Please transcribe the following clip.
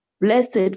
Blessed